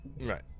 Right